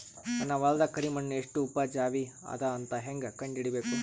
ನನ್ನ ಹೊಲದ ಕರಿ ಮಣ್ಣು ಎಷ್ಟು ಉಪಜಾವಿ ಅದ ಅಂತ ಹೇಂಗ ಕಂಡ ಹಿಡಿಬೇಕು?